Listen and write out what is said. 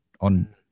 on